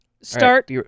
Start